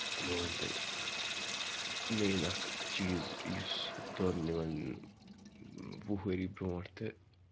بہٕ وَنہٕ توہہِ مین اَکھ چیٖز یُس دۄن یِوان وُہ ؤری برٛونٛٹھ تہٕ